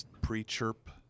pre-chirp